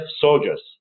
soldiers